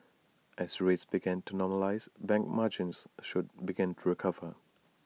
as rates begin to normalise bank margins should begin to recover